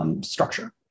structure